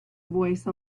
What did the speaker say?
voice